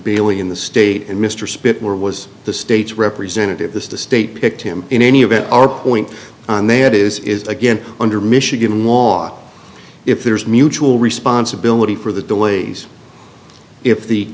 bailey in the state and mr spitzer was the state's representative this is the state picked him in any event our point on they had is is again under michigan law if there is mutual responsibility for the delays if the